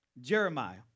Jeremiah